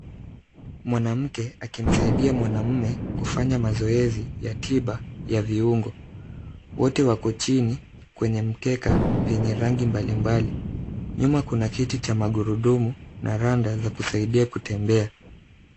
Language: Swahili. Mwanamke akimsaidia mwanamume kufanya mazoezi ya tiba ya viungo. Wote wako chini kwenye mkeka vyenye rangi mbalimbali. Nyuma kuna kiti cha magurudumu na randa za kusaidia kutembea.